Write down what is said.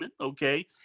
okay